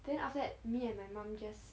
then after that me and my mom just